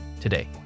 today